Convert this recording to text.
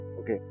okay